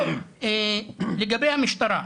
לגבי המשטרה.